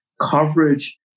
coverage